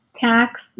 tax